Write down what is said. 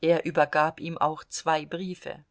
er übergab ihm auch zwei briefe